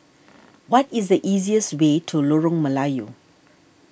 what is the easiest way to Lorong Melayu